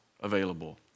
available